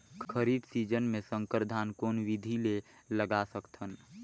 खरीफ season मे संकर धान कोन विधि ले लगा सकथन?